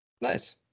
nice